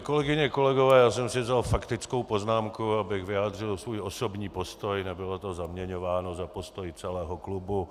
Kolegyně, kolegové, já jsem si vzal faktickou poznámku, abych vyjádřil svůj osobní postoj a nebylo to zaměňováno za postoj celého klubu.